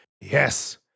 Yes